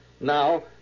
Now